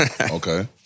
Okay